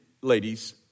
ladies